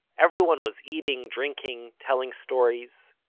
everyone was eating, drinking, telling stories.